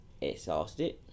exhausted